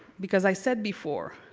because i said before,